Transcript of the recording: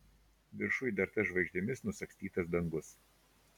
viršuj dar tas žvaigždėmis nusagstytas dangus